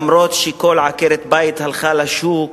אף-על-פי שכל עקרת-בית הלכה לשוק